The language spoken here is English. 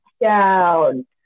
down